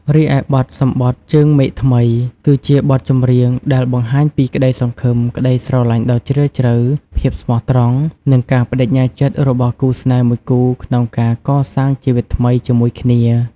រីឯ បទ សម្បថជើងមេឃថ្មី គឺជាបទចម្រៀងដែលបង្ហាញពីក្តីសង្ឃឹម ក្តីស្រឡាញ់ដ៏ជ្រាលជ្រៅ ភាពស្មោះត្រង់ និងការប្តេជ្ញាចិត្តរបស់គូស្នេហ៍មួយគូក្នុងការកសាងជីវិតថ្មីជាមួយគ្នា។